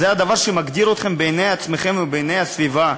זה הדבר שמגדיר אתכם בעיני עצמכם ובעיני הסביבה,